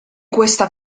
questa